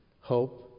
hope